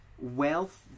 wealth